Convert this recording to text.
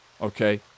Okay